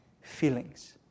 feelings